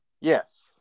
Yes